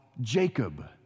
Jacob